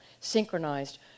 synchronized